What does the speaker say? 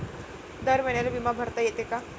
दर महिन्याले बिमा भरता येते का?